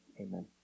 Amen